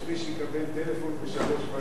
יש מי שיקבל טלפון בשלוש בלילה,